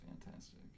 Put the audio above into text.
fantastic